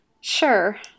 Sure